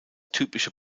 typische